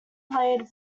played